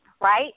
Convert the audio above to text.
right